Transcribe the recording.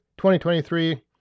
2023